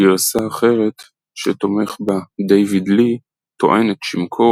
גרסה אחרת שתומך בה דייוויד לי טוענת שמקור